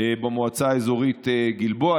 במועצה האזורית גלבוע,